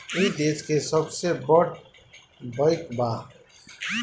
ई देस के सबसे बड़ बईक बा